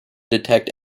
detect